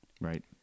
Right